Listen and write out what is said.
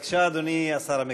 בבקשה, אדוני השר המבקש.